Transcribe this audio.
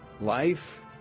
Life